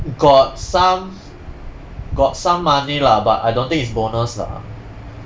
got some got some money lah but I don't think is bonus lah